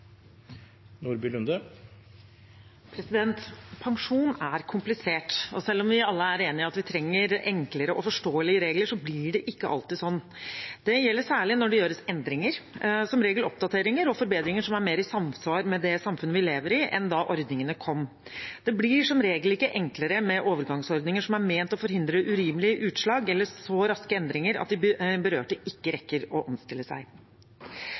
om at vi trenger enklere og forståelige regler, blir det ikke alltid sånn. Det gjelder særlig når det gjøres endringer, som regel oppdateringer og forbedringer som er mer i samsvar med det samfunnet vi lever i, enn da ordningene kom. Det blir som regel ikke enklere med overgangsordninger som er ment å forhindre urimelige utslag, eller så raske endringer at de berørte ikke rekker å omstille seg.